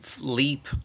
leap